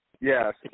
Yes